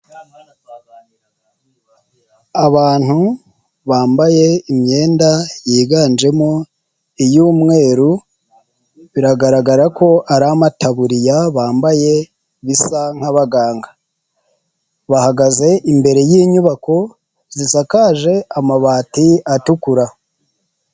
Abantu bambaye imyenda yiganjemo iy'umweru, biragaragara ko hari amataburiya bambaye bisa nk'abaganga, bahagaze imbere y'inyubako zisakaje amabati atukura.